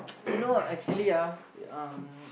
you know actually ah um